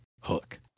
Hook